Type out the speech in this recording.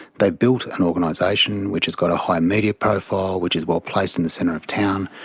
they've built an organisation which has got a high media profile, which is well-placed in the centre of town,